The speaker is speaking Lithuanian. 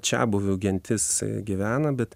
čiabuvių gentis gyvena bet